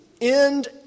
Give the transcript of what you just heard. end